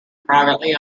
privately